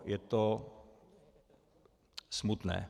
Je to smutné.